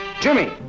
Jimmy